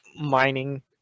mining